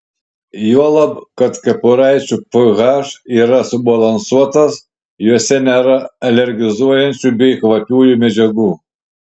juolab kad kepuraičių ph yra subalansuotas jose nėra alergizuojančių bei kvapiųjų medžiagų